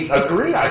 agree